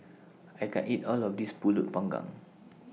I can't eat All of This Pulut Panggang